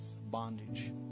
bondage